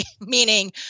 meaning